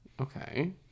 Okay